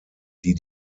die